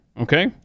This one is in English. Okay